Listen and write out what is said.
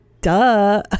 duh